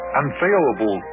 unfailable